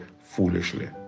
foolishly